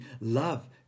love